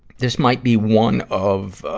this might be one of, ah,